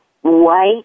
white